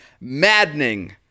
maddening